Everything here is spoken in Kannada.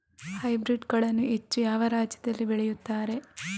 ಹೈಬ್ರಿಡ್ ಗಳನ್ನು ಹೆಚ್ಚು ಯಾವ ರಾಜ್ಯದಲ್ಲಿ ಬೆಳೆಯುತ್ತಾರೆ?